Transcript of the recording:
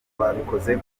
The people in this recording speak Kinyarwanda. twabikoze